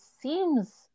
seems